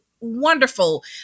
wonderful